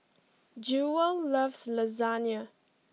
Jewel loves Lasagne